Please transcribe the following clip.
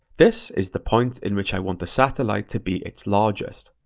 this is the point in which i want the satellite to be its largest.